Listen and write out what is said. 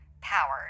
powered